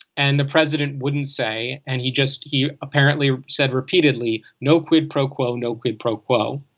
and the president wouldn't say and he just he apparently said repeatedly no quid pro quo no quid pro quo.